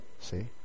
See